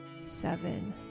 seven